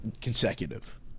consecutive